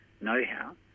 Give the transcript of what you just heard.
know-how